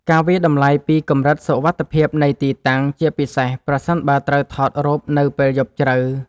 ការវាយតម្លៃពីកម្រិតសុវត្ថិភាពនៃទីតាំង ជាពិសេសប្រសិនបើត្រូវថតរូបនៅពេលយប់ជ្រៅ។